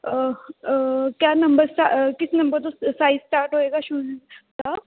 ਕਿਆ ਨੰਬਰ ਕਿਸ ਨੰਬਰ ਤੋਂ ਸ ਸਾਈਜ ਸਟਾਰਟ ਹੋਏਗਾ ਸ਼ੂਜ਼ ਦਾ